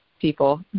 people